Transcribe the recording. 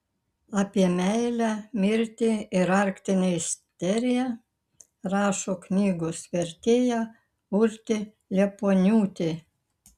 apie meilę mirtį ir arktinę isteriją rašo knygos vertėja urtė liepuoniūtė